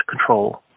control